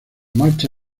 marcha